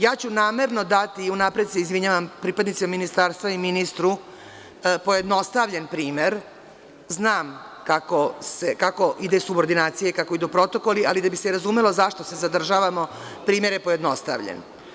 Ja ću namerno dati, unapred se izvinjavam pripadnicima Ministarstva i ministru, pojednostavljen primer, znam kako ide subordinacija i kako idu protokoli, ali da bi se razumelo zašto se zadržavamo, primer je pojednostavljen.